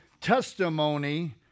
testimony